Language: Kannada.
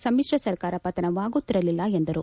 ಸಮಿಶ್ರ ಸರ್ಕಾರ ಪತನವಾಗುತ್ತಿರಲಿಲ್ಲ ಎಂದರು